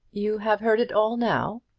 you have heard it all now,